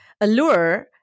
allure